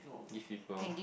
give people